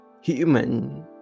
human